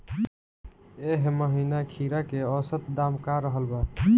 एह महीना खीरा के औसत दाम का रहल बा?